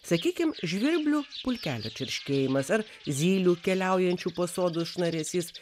sakykim žvirblių pulkelių čirškėjimas ar zylių keliaujančių po sodus šnaresys